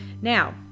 now